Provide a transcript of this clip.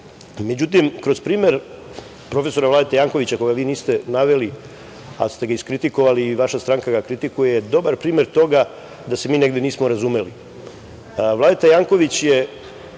prisutni.Međutim, kroz primer prof. Vladete Jankovića, koga vi niste naveli ali ste ga iskritikovali i vaša stranka ga kritikuje, dobar primer toga da se mi negde nismo razumeli. Vladeta Janković je,